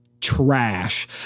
trash